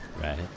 right